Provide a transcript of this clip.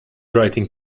writing